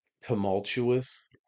tumultuous